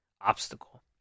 obstacle